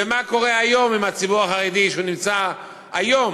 ומה קורה היום עם הציבור החרדי שנמצא היום: